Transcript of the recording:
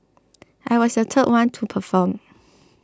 I was the third one to perform